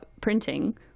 printing